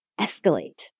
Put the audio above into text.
escalate